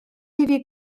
iddi